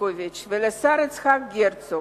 איצקוביץ ואל השר יצחק הרצוג,